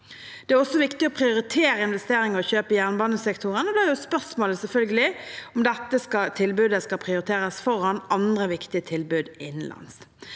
Det er også viktig å prioritere investeringer og kjøp i jernbanesektoren, og da er spørsmålet selvfølgelig om dette tilbudet skal prioriteres foran andre viktige tilbud innenlands.